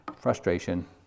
frustration